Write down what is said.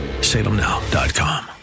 salemnow.com